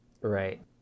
Right